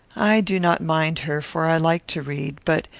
i do not mind her, for i like to read but,